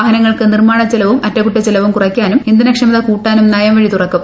വാഹ നങ്ങളുടെ നിർമാണ ചെലവും അറ്റകുറ്റച്ചെലവും കുറയ്ക്കാനും ഇന്ധനക്ഷമത കൂട്ടാനും നയം വഴി തുറക്കും